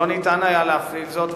לא ניתן היה להפעיל זאת.